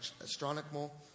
astronomical